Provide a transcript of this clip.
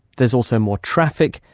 there's also more traffic,